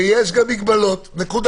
יש מגבלות, נקודה.